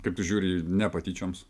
kaip tu žiūri ne patyčioms